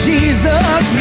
Jesus